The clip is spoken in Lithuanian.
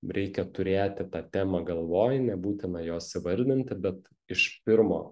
reikia turėti tą temą galvoj nebūtina jos įvardinti bet iš pirmo